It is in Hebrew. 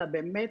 אלא באמת,